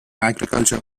agriculture